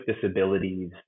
disabilities